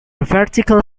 vertical